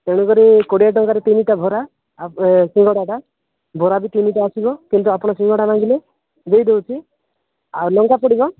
ତେଣୁ କରି କୋଡିଏ ଟଙ୍କାରେ ତିନିଟା ବରା ସିଙ୍ଗଡ଼ା ଟା ବରା ବି ତିନିଟା ଆସିବ କିନ୍ତୁ ଆପଣ ସିଙ୍ଗଡ଼ା ମାଗିଲେ ଦେଇ ଦେଉଛି ଆଉ ଲଙ୍କା ପଡ଼ିବ